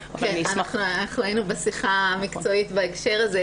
היינו בשיחה מקצועית בהקשר הזה.